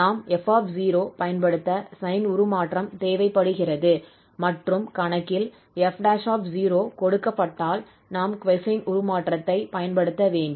நாம் 𝑓 பயன்படுத்த சைன் உருமாற்றம் தேவைப்படுகிறது மற்றும் கணக்கில் 𝑓′ கொடுக்கப்பட்டால் நாம் கொசைன் உருமாற்றத்தைப் பயன்படுத்த வேண்டும்